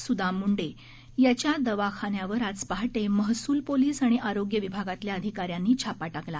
स्दाम मूंडे याच्या दवाखान्यावर आज पहाटे महसूल पोलीस आणि आरोग्य विभागातल्या अधिकाऱ्यांनी छापा टाकला